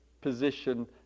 position